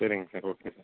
சரிங்க sir okay sir